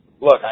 look